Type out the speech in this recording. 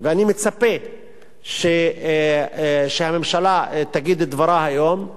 ואני מצפה שהממשלה תגיד את דברה היום,